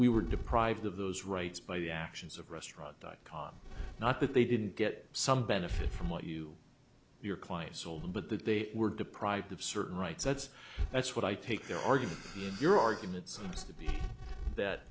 we were deprived of those rights by the actions of restaurant dot com not that they didn't get some benefit from what you your client sold but that they were deprived of certain rights that's that's what i take their argument and your argument